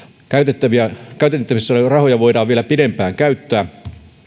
käytettävissä käytettävissä olevia rahoja voidaan vielä pidempään käyttää